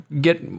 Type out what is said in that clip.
get